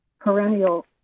perennial